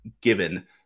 given